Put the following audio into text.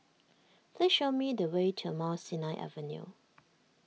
please show me the way to Mount Sinai Avenue